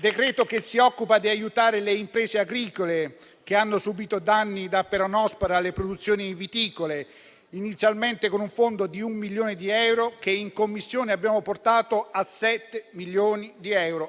decreto che si occupa di aiutare le imprese agricole che hanno subito danni da peronospora alle produzioni viticole, inizialmente con un fondo di un milione di euro, che in Commissione abbiamo portato a 7 milioni.